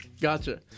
Gotcha